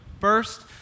first